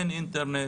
אין אינטרנט.